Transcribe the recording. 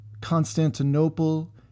Constantinople